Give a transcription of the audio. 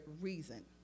reason